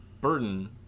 burden